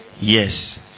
yes